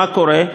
מה קורה?